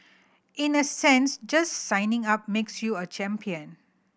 in a sense just signing up makes you a champion